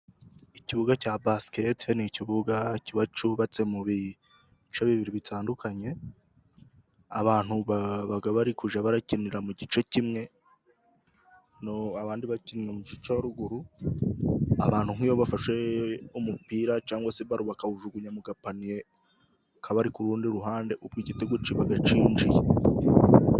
Ikibuga cya basikete ni ikibuga kiba cyubatse mu bice bibiri bitandukanye, abantu bajya bakinira mu gice kimwe abandi bakinira mu gice cya ruguru, abantu nk'iyo bafashe umupira cyangwa se bakawujugunya mu gapaniye, ko ku rundi ruhande ubwo igitego kiba kinjiye.